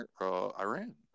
Iran